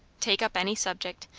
take up any subject,